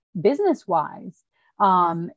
business-wise